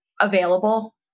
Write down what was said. available